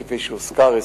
כפי שהוזכר,